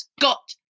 Got